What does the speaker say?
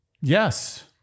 Yes